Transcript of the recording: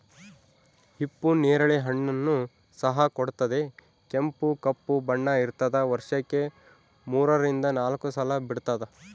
ಹಿಪ್ಪು ನೇರಳೆ ಹಣ್ಣನ್ನು ಸಹ ಕೊಡುತ್ತದೆ ಕೆಂಪು ಕಪ್ಪು ಬಣ್ಣ ಇರ್ತಾದ ವರ್ಷಕ್ಕೆ ಮೂರರಿಂದ ನಾಲ್ಕು ಸಲ ಬಿಡ್ತಾದ